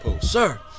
sir